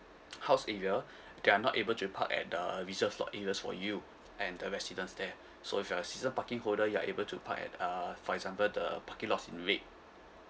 house area they're not able to park at the reserved lot areas for you and the residents there so if you're a season parking holder you're able to park at uh for example the parking lots in red